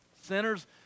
sinners